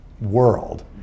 world